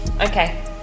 Okay